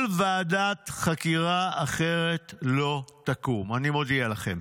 כל ועדת חקירה אחרת לא תקום, אני מודיע לכם.